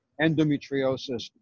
endometriosis